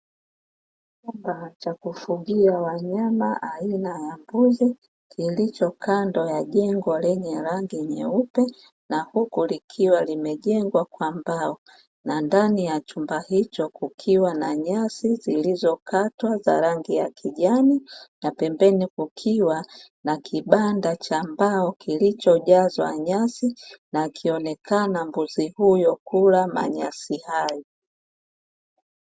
Chumba cha kufugia wanyama aina ya mbuzi kilicho kando ya jengo lenye rangi yeupe, na huku likiwa limejengwa kwa mbao. Na ndani ya chumba hicho kukiwa na nyasi zilizokatwa za rangi ya kijani. Na pembeni kukiwa na kibanda cha mbao kilichojazwa nyasi, na akionekana mbuzi huyo kula manyasi hayo.